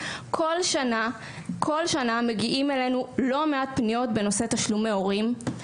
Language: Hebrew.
כל שנה כל השנה מגיעות אלינו לא מעט פניות בנושא תשלומי הורים,